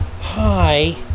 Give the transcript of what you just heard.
hi